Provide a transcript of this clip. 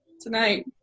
tonight